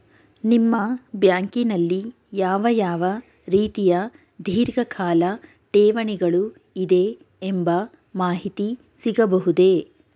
ನಿಮ್ಮ ಬ್ಯಾಂಕಿನಲ್ಲಿ ಯಾವ ಯಾವ ರೀತಿಯ ಧೀರ್ಘಕಾಲ ಠೇವಣಿಗಳು ಇದೆ ಎಂಬ ಮಾಹಿತಿ ಸಿಗಬಹುದೇ?